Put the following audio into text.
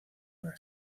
para